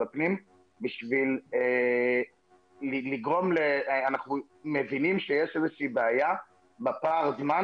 הפנים בשביל לגרום ל אנחנו מבינים שיש בעיה בפער זמן